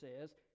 says